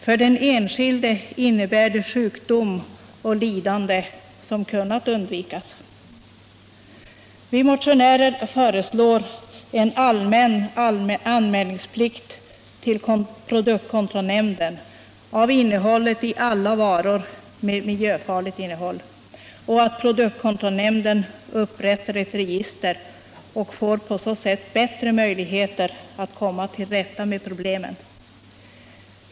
För den enskilde innebär det sjukdom och lidande, som kunnat undvikas. Vi motionärer föreslår en allmän anmälningsplikt till produktkontrollnämnden av innehållet i alla varor med miljöfarligt innehåll. Vi föreslår också att produktkontrollnämnden upprättar ett register och på så sätt får bättre möjligheter att komma till rätta med problemen.